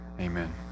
Amen